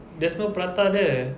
there's no prata there